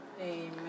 Amen